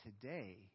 today